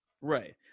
Right